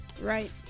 Right